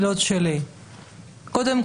לאומיים מיוחדים ושירותי דת יהודיים): גלעד,